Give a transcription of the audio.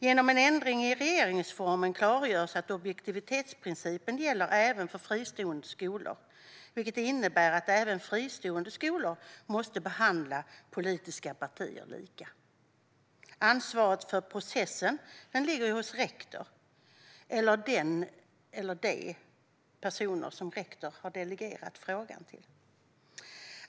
Genom en ändring i regeringsformen klargörs att objektivitetsprincipen gäller även för fristående skolor, vilket innebär att även fristående skolor måste behandla politiska partier lika. Ansvaret för processen ligger på rektor eller hos den eller dem som rektor delegerat frågan till.